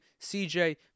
CJ